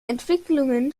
entwicklungen